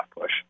push